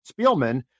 Spielman